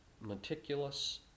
meticulous